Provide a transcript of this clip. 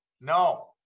No